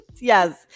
Yes